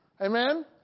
Amen